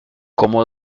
como